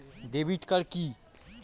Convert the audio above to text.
Debit card কি?